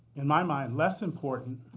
in my mind, less important.